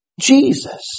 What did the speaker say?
Jesus